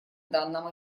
данном